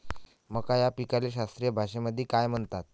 मका या पिकाले शास्त्रीय भाषेमंदी काय म्हणतात?